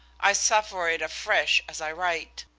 i suffer it afresh as i write.